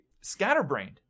scatterbrained